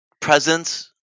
presence